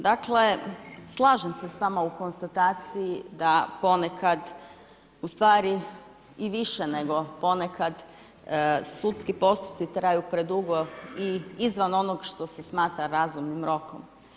Dakle slažem se s vama u konstataciji da ponekad, ustvari i više nego ponekad sudski postupci traju predugo i izvan onog što se smatra razumnim rokom.